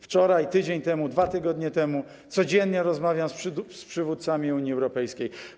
Wczoraj, tydzień temu, dwa tygodnie temu, codziennie rozmawiam z przywódcami Unii Europejskiej.